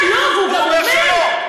כן, והוא גם אומר, הוא אומר שלא.